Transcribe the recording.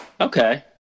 Okay